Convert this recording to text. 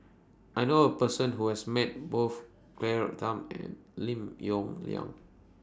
I know A Person Who has Met Both Claire Tham and Lim Yong Liang